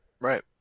Right